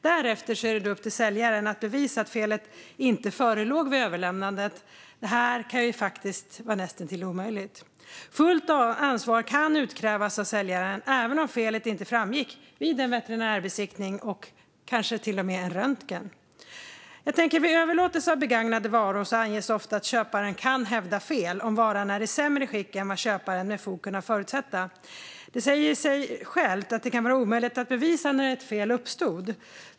Därefter är det upp till säljaren att bevisa att felet inte förelåg vid överlämnandet. Det här kan faktiskt vara näst intill omöjligt. Fullt ansvar kan utkrävas av säljaren även om felet inte framgick vid en veterinärbesiktning eller ens vid en röntgen. Vid överlåtelse av begagnade varor anges ofta att köpare kan hävda fel om varan är i sämre skick än vad köparen med fog kunnat förutsätta. Det säger sig självt att det kan vara omöjligt att bevisa när ett fel uppstod.